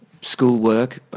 schoolwork